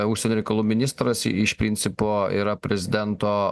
užsienio reikalų ministras iš principo yra prezidento